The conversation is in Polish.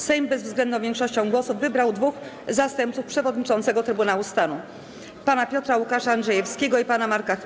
Sejm bezwzględną większością głosów wybrał dwóch zastępców przewodniczącego Trybunału Stanu: pana Piotra Łukasza Andrzejewskiego i pana Marka Chmaja.